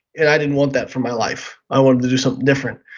and i didn't want that for my life, i wanted to do something different